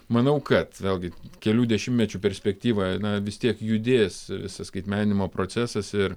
manau kad vėlgi kelių dešimtmečių perspektyvoje na vis tiek judės visas skaitmeninimo procesas ir